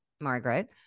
Margaret